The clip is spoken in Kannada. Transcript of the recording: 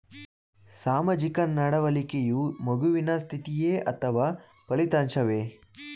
ಸಾಮಾಜಿಕ ನಡವಳಿಕೆಯು ಮಗುವಿನ ಸ್ಥಿತಿಯೇ ಅಥವಾ ಫಲಿತಾಂಶವೇ?